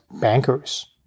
bankers